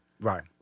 Right